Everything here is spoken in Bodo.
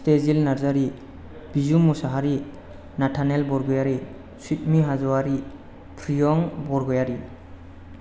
स्थेजिल नार्जारि बिजु मुसाहारि नाथानेल बरगयारि सिदमि हाज'वारि प्रियं बरगयारि